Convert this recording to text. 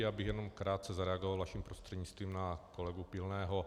Já bych jenom krátce zareagoval vaším prostřednictvím na kolegu Pilného.